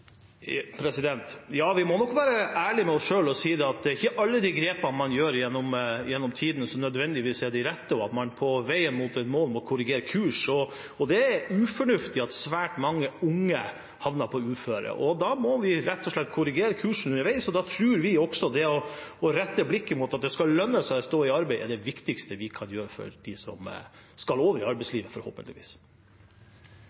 Vi må nok være ærlige med oss selv og si at det er ikke alle de grepene man gjør gjennom tidene, som nødvendigvis er de rette, og at man på veien mot et mål må korrigere kurs. Det er ufornuftig at svært mange unge havner på uføretrygd, og da må vi rett og slett korrigere kursen underveis. Da tror vi at det å rette blikket mot at det skal lønne seg å stå i arbeid, er det viktigste vi kan gjøre for dem som, forhåpentligvis, skal over i